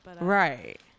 Right